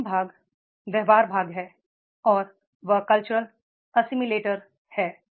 अंतिम भाग व्यवहार भाग है और वह कल्चर असिमिलेटर है